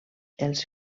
els